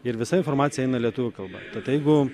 ir visa informacija eina lietuvių kalba tad jeigu